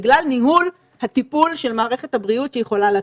בגלל ניהול הטיפול של מערכת הבריאות שהיא יכולה לתת.